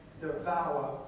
devour